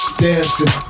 dancing